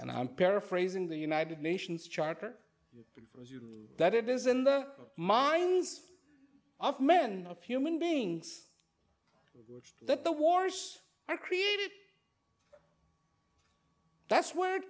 and i'm paraphrasing the united nations charter that it is in the minds of men of human beings that the wars are created that's where it